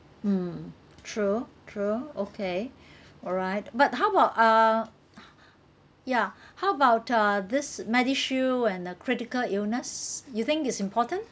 mm true true okay alright but how about uh ya how about uh this MediShield and uh critical illness you think it's important